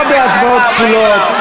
לא בהצבעות כפולות,